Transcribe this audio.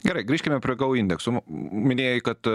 gerai grįžkime prie gou indeksų minėjai kad